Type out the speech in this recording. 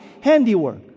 handiwork